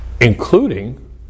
including